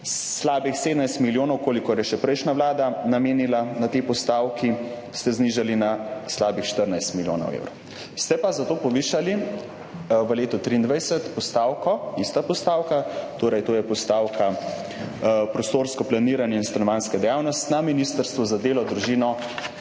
slabih 17 milijonov, kolikor je še prejšnja vlada namenila na tej postavki, ste znižali na slabih 14 milijonov evrov. Ste pa zato povišali v letu 2023 postavko, ista postavka, to je postavka Prostorsko planiranje in stanovanjska dejavnost, na Ministrstvu za delo, družino,